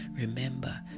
Remember